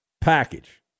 package